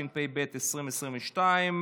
התשפ"ב 2022,